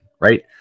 right